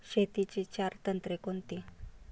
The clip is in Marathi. शेतीची चार तंत्रे कोणती?